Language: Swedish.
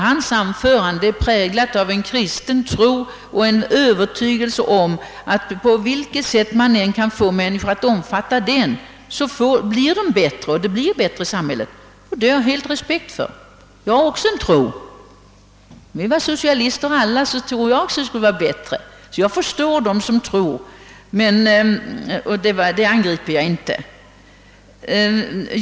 Hans anförande var präglat av kristen tro och en över tygelse om att på vilket sätt man än kan få människor att omfatta denna tro blir de bättre och gör ett bättre samhälle. Det har jag full respekt för. Jag har också en tro. Om vi alla var socialister, så tror jag också att det skulle vara bättre. Jag förstår dem som tror, och jag angriper dem inte för deras tro.